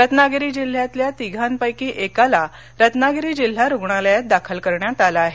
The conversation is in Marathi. रत्नागिरी जिल्ह्यातल्या तिघापैकी एकाला रत्नागिरी जिल्हा रुग्णालयात दाखल करण्यात आलं आहे